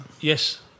Yes